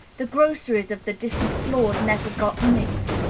the groceries of the different floors never got mixed,